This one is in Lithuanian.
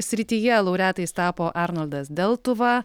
srityje laureatais tapo arnoldas deltuva